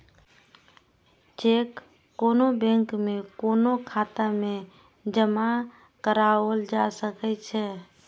cheque कोनो bank में कोनो खाता मे जमा कराओल जा सकै छै